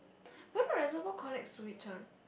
bedok Reservoir collect sewage one